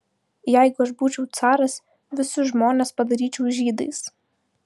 jeigu aš būčiau caras visus žmonės padaryčiau žydais